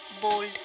bold